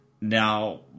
Now